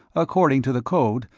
according to the code,